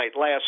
last